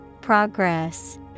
Progress